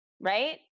right